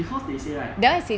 because they say right